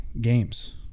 games